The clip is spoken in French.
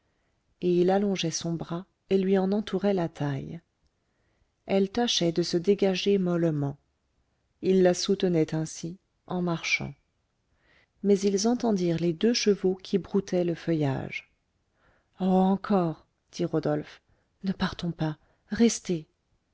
et il allongeait son bras et lui en entourait la taille elle tâchait de se dégager mollement il la soutenait ainsi en marchant mais ils entendirent les deux chevaux qui broutaient le feuillage oh encore dit rodolphe ne partons pas restez